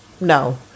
No